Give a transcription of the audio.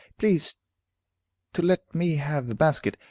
please to let me have the basket